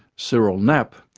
cyril napp,